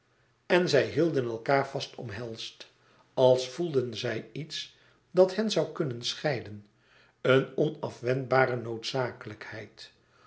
en zij hielden elkaâr vast omhelsd als voelden zij iets dat hen zoû kunnen scheiden een onafwendbare noodzakelijkheid